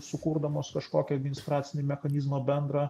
sukurdamos kažkokį administracinį mechanizmą bendrą